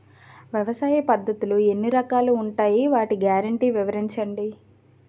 వ్యవసాయ పద్ధతులు ఎన్ని రకాలు ఉంటాయి? వాటి గ్యారంటీ వివరించండి?